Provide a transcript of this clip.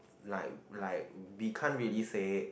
like like we can't really save